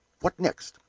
what next?